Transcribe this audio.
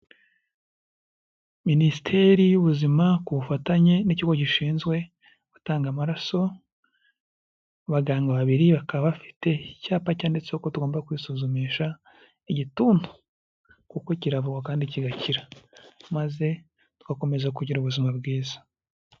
Minisiteri y'ubuzima ku bufatanye n'ikigo gishinzwe gutanga amaraso, abaganga babiri bakaba bafite icyapa cyanditse ko tugomba kwisuzumisha igituntu kuko kiravurwa kandi kigakira maze tugakomeza kugira ubuzima bwiza.